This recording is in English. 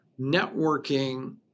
networking